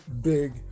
big